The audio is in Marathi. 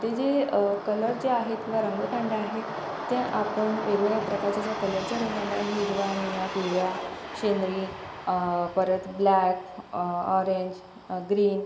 ते जे कलर जे आहेत किंवा रंगकांड्या आहे त्या आपण वेगवेगळ्या प्रकारच्या ज्या कलरच्या रंगकांड्या आहे हिरवा निळा पिवळा शेंदरी परत ब्लॅक ऑरेंज ग्रीन